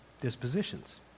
dispositions